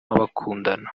w’abakundana